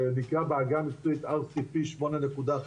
שנקרא בהגה המקצועית RCP 8.5,